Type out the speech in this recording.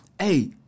hey